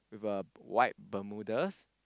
with a white bermudas